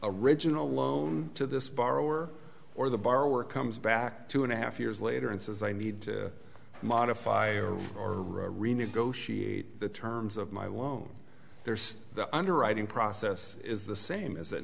original loan to this borrower or the borrower comes back two and a half years later and says i need to modify or renegotiate the terms of my long there's the underwriting process is the same is it